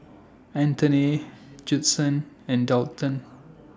Anthoney Judson and Daulton